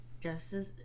Justice